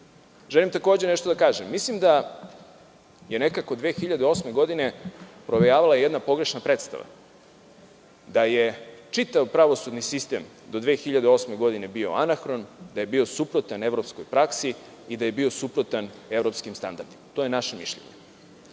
kažem još nešto. Mislim da je nekako 2008. godine provejavala jedna pogrešna predstava, da je čitav pravosudni sistem do 2008. godine bio anahron, da je bio suprotan evropskoj praksi i da je bio suprotan evropskim standardima. To je naše mišljenje. Šta